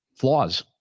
flaws